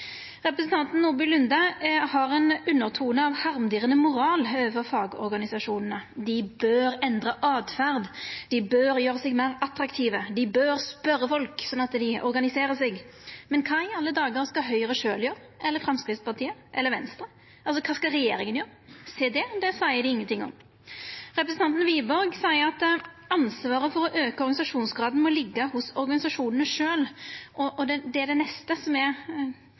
Representanten Nordby Lunde har ein undertone av harmdirrande moral over fagorganisasjonane. Dei bør endra åtferd. Dei bør gjera seg meir attraktive. Dei bør spørja folk, slik at dei organiserer seg. Men kva i alle dagar skal Høgre sjølv gjera? Eller Framstegspartiet? Eller Venstre? Kva skal regjeringa gjera? Sjå det – det seier dei ingenting om. Representanten Wiborg seier at ansvaret for å auka organisasjonsgraden må liggja hos organisasjonane sjølve – det er det neste,